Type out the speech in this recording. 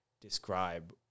describe